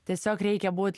tiesiog reikia būt